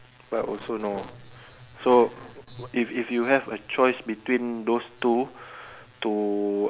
but also no so if if you have a choice between those two to